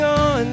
on